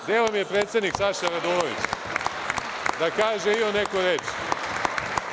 Gde vam je predsednik Saša Radulović, da kaže i on neku reč.